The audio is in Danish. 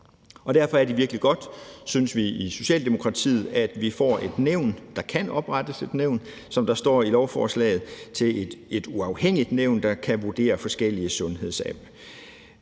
Derfor er det virkelig godt, synes vi i Socialdemokratiet, at vi får et nævn – at der kan oprettes et nævn, som der står i lovforslaget – et uafhængigt nævn, der kan vurdere forskellige sundhedsapps.